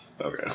Okay